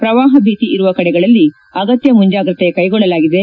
ಪ್ರವಾಹ ಭೀತಿ ಇರುವ ಕಡೆಗಳಲ್ಲಿ ಅಗತ್ಯ ಮುಂಜಾಗ್ರತೆ ಕೈಗೊಳ್ಳಲಾಗಿದೆ